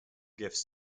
gifts